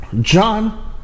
John